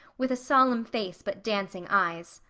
with a solemn face but dancing eyes.